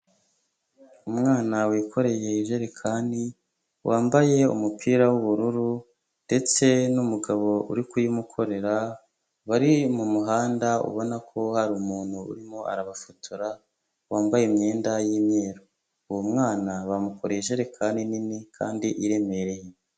Umwana wikoreye ijerekani, wambaye umupira w'ubururu ndetse n'umugabo uri kuyimukorera bari mu muhanda, ubona ko hari umuntu urimo arabafotora, wambaye imyenda y'imyeru, uwo mwana bamukore ijerekani nini kandi iremereye.